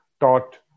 taught